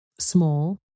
Small